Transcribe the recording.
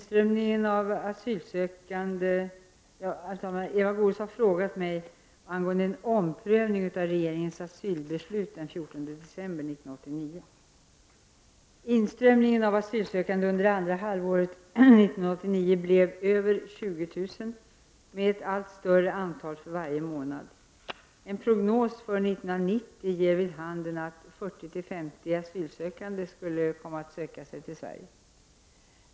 Herr talman! Inströmningen av asylsökande under andra halvåret 1989 blev över 20 000 med att allt större antal för varje månad. En prognos för 1990 ger vid handen att 40 000-50 000 asylsökande skulle komma att söka sig till Sverige.